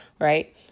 right